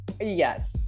Yes